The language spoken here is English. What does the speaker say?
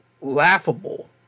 laughable